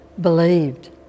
believed